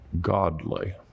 godly